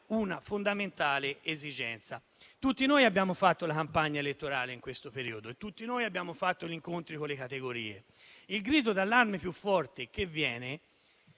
una fondamentale esigenza. Tutti noi abbiamo fatto campagna elettorale in questo periodo e tutti noi abbiamo fatto gli incontri con le categorie. Il grido d'allarme più forte che emerge